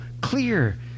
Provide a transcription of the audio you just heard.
clear